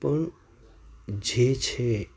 પણ જે છે